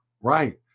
Right